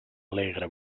alegre